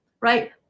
right